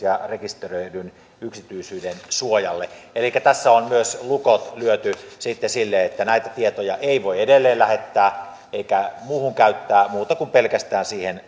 rekisteröidyn yksityisyydensuojalle elikkä tässä on sitten myös lukot lyöty sille että näitä tietoja ei voi edelleenlähettää eikä muuhun käyttää kuin pelkästään siihen